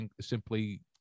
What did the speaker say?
simply